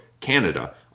Canada